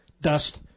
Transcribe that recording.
dust